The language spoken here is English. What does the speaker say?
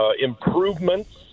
improvements